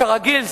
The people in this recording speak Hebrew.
כרגיל,